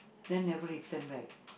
then never return back